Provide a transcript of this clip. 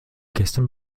gestern